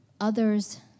others